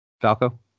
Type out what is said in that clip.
falco